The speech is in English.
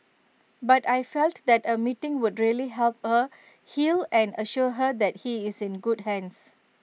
but I felt that A meeting would really help her heal and assure her that he's in good hands